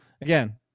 again